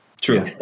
True